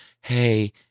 Hey